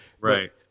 Right